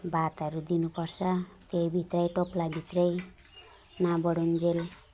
भातहरू दिनु पर्छ त्यहाँ भित्रै टोप्लाभित्र नबढुन्जेल